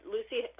Lucy